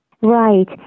Right